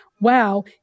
wow